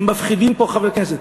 הם מפחידים פה, חברי הכנסת.